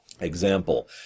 Example